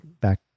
back